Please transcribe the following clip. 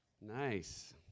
Nice